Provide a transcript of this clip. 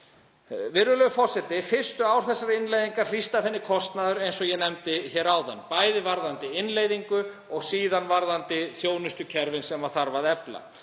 Virðulegur forseti. Fyrstu ár þessarar innleiðingar hlýst af henni kostnaður eins og ég nefndi hér áðan, bæði varðandi innleiðingu og síðan varðandi þjónustukerfin sem þarf að efla.